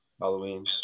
Halloween